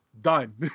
done